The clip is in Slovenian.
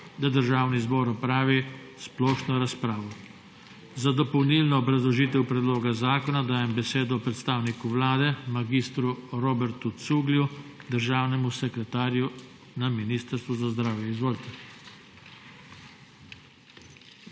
da Državni zbor opravi splošno razpravo. Za dopolnilno obrazložitev predloga zakona dajem besedo predstavniku Vlade mag. Robertu Cuglju, državnemu sekretarju na Ministrstvu za zdravje. Izvolite.